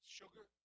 sugar